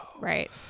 Right